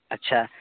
ᱟᱪᱪᱷᱟ